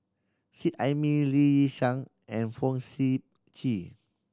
Seet Ai Mee Lee Yi Shyan and Fong Sip Chee